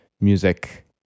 music